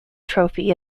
trophy